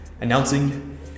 announcing